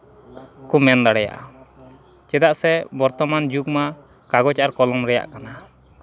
ᱠᱚ ᱢᱮᱱ ᱫᱟᱲᱮᱭᱟᱜᱼᱟ ᱪᱮᱫᱟᱜ ᱥᱮ ᱵᱚᱨᱛᱚᱢᱟᱱ ᱡᱩᱜᱽ ᱢᱟ ᱠᱟᱜᱚᱡᱽ ᱟᱨ ᱠᱚᱞᱚᱢ ᱨᱮᱭᱟᱜ ᱠᱟᱱᱟ